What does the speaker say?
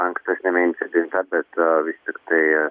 ankstesniame incidente bet vis tiktai